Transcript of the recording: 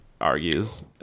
argues